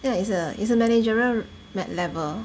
yeah it's a it's a managerial level